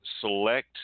select